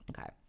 Okay